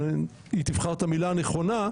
היא תבחר את המילה הנכונה,